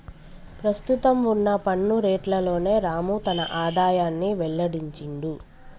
ప్రస్తుతం వున్న పన్ను రేట్లలోనే రాము తన ఆదాయాన్ని వెల్లడించిండు